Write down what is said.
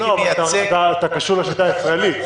לא, אבל אתה קשור לשיטה הישראלית.